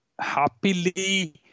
happily